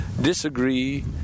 disagree